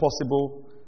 possible